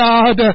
God